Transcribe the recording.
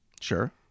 sure